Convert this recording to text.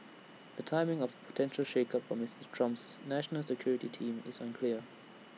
the timing of A potential shakeup for Mister Trump's national security team is unclear